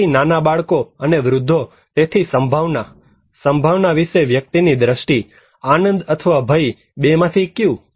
તેથી નાના બાળકો અને વૃદ્ધો તેથી સંભાવના સંભાવના વિશે વ્યક્તિની દ્રષ્ટિ આનંદ અથવા ભય બેમાંથી કયું